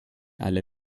alle